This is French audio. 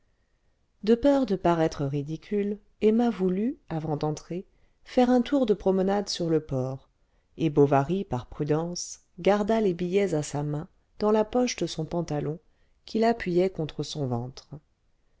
de peur de paraître ridicule emma voulut avant d'entrer faire un tour de promenade sur le port et bovary par prudence garda les billets à sa main dans la poche de son pantalon qu'il appuyait contre son ventre